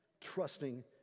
trusting